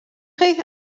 chi